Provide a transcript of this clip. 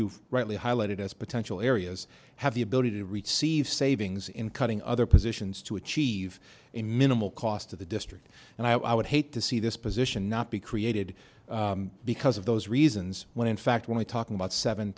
you've rightly highlighted as potential areas have the ability to receive savings in cutting other positions to achieve a minimal cost to the district and i would hate to see this position not be created because of those reasons when in fact when we talk about seven